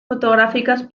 fotográficas